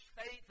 faith